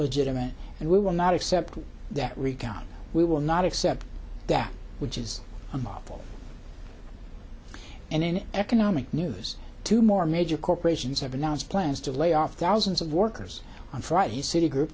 legitimate and we will not accept that recount we will not accept that which is a model and in economic news two more major corporations have announced plans to lay off thousands of workers on friday citigroup